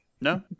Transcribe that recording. no